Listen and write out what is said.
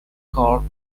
cord